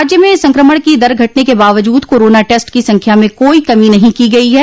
राज्य में संक्रमण की दर घटने के बावजूद कोरोना टेस्ट की संख्या में कोई कमी नहीं की गई है